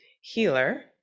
healer